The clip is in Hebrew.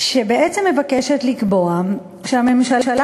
שבעצם מבקשת לקבוע שהממשלה,